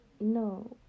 No